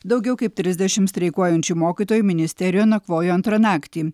daugiau kaip trisdešimt streikuojančių mokytojų ministerijoje nakvojo antrą naktį